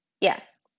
Yes